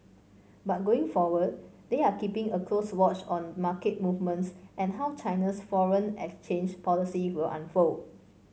but going forward they are keeping a close watch on market movements and how China's foreign exchange policy will unfold